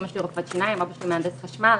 אמא שלי רופאת שיניים ואבא שלי מהנדס חשמל.